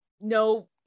no